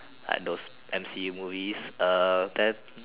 like those M_C movies uh then